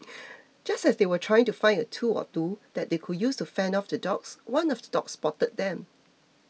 just as they were trying to find a tool or two that they could use to fend off the dogs one of the dogs spotted them